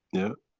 yeah?